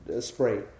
spray